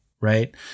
Right